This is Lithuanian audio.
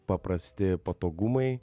paprasti patogumai